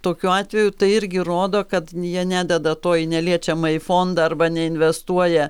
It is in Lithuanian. tokiu atveju tai irgi rodo kad jie nededa to į neliečiamąjį fondą arba neinvestuoja